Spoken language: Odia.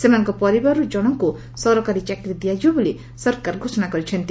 ସେମାନଙ୍କ ପରିବାରରୁ ଜଶଙ୍କୁ ସରକାରୀ ଚାକିରୀ ଦିଆଯିବ ବୋଲି ସରକାର ଘୋଷଣା କରିଛନ୍ତି